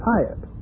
Tired